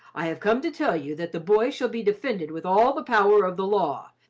i have come to tell you that the boy shall be defended with all the power of the law.